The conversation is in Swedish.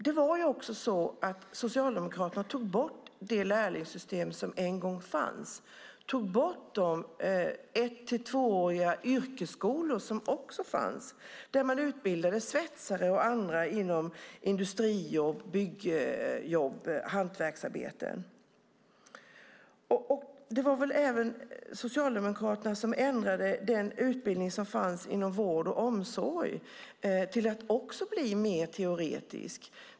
Det var också så att Socialdemokraterna tog bort det lärlingssystem som en gång fanns, tog bort de 1-2-åriga yrkesskolor som fanns, där man utbildade svetsare och andra inom industrijobb, byggjobb och hantverksarbeten. Det var väl även Socialdemokraterna som ändrade den utbildning som fanns inom vård och omsorg till att bli mer teoretisk.